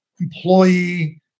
employee